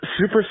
Super